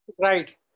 Right